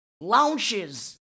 launches